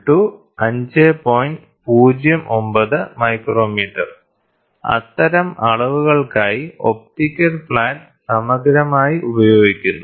09 µm അത്തരം അളവുകൾക്കായി optical flat സമഗ്രമായി ഉപയോഗിക്കുന്നു